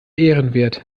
ehrenwert